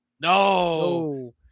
No